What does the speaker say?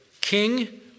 king